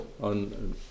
on